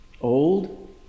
Old